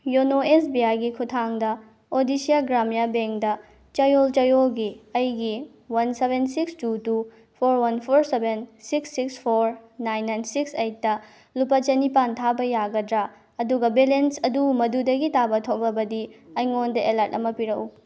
YONO S B ꯑꯥꯏꯒꯤ ꯈꯨꯊꯥꯡꯗ ꯑꯣꯗꯤꯁꯥ ꯒ꯭ꯔꯥꯃꯤꯌꯥ ꯕꯦꯡꯇ ꯆꯌꯣꯜ ꯆꯌꯣꯜꯒꯤ ꯑꯩꯒꯤ one seven six two two four one four seven six six four nine nine six ꯑꯩꯠꯇ ꯂꯨꯄꯥ ꯆꯟꯅꯤꯄꯥꯜ ꯊꯥꯕ ꯌꯥꯒꯗ꯭ꯔꯥ ꯑꯗꯨꯒ ꯕꯦꯂꯦꯟꯁ ꯑꯗꯨ ꯃꯗꯨꯗꯒꯤ ꯇꯥꯕ ꯊꯣꯛꯂꯕꯗꯤ ꯑꯩꯉꯣꯟꯗ ꯑꯦꯂꯥꯔꯠ ꯑꯃ ꯄꯤꯔꯛꯎ